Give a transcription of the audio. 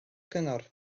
cyngor